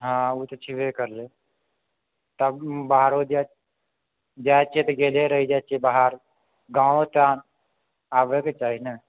हँ ओ तऽ छेबै करिए तब बाहरो जाय छियै तऽ गेलय रहि जाइ छियै बाहर गाँव तऽ आबयके चाही ने